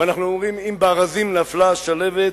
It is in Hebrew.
ואנחנו אומרים: אם בארזים נפלה שלהבת,